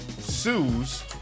sues